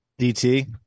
DT